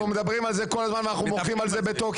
אנחנו מדברים על זה כל הזמן ואנחנו מוחים על זה בתוקף.